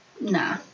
Nah